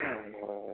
অঁ অঁ